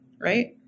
right